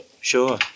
Sure